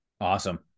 Awesome